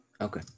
Okay